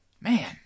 man